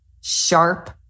sharp